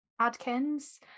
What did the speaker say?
adkins